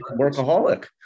workaholic